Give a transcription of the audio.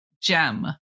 gem